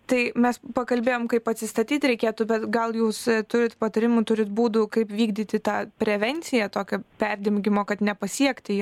tai mes pakalbėjom kaip atsistatyti reikėtų bet gal jūs turite patarimų turite būdų kaip vykdyti tą prevenciją tokio perdengimo nu gi mokat nepasiekti jo